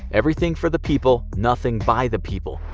everything for the people, nothing by the people.